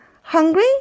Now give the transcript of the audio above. hungry